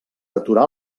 aturar